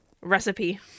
Recipe